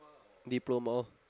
diploma